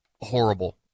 horrible